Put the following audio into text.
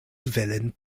villain